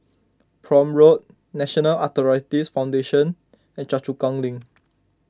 Prome Road National Arthritis Foundation and Choa Chu Kang Link